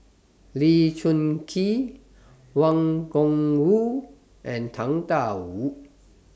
Lee Choon Kee Wang Gungwu and Tang DA Wu